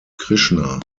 krishna